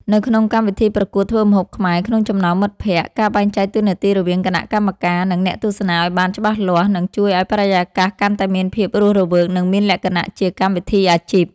នៅក្នុងកម្មវិធីប្រកួតធ្វើម្ហូបខ្មែរក្នុងចំណោមមិត្តភក្តិ ការបែងចែកតួនាទីរវាងគណៈកម្មការ និងអ្នកទស្សនាឱ្យបានច្បាស់លាស់ នឹងជួយឱ្យបរិយាកាសកាន់តែមានភាពរស់រវើក និងមានលក្ខណៈជាកម្មវិធីអាជីព។